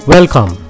Welcome